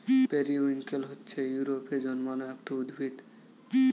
periwinkle হচ্ছে ইউরোপে জন্মানো একটি উদ্ভিদ